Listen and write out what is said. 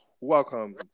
Welcome